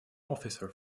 officer